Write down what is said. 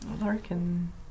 Larkin